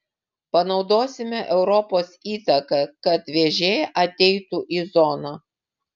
panaudosime europos įtaką kad vėžė ateitų į zoną